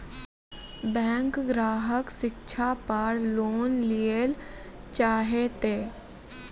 Bank ग्राहक शिक्षा पार लोन लियेल चाहे ते?